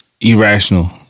Irrational